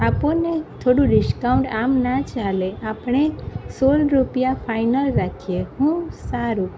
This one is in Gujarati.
આપો ને થોડું ડિસ્કાઉન્ટ આમ ના ચાલે આપણે સોળ રૂપિયા ફાઇનલ રાખીએ હોં સારું